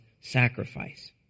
sacrifice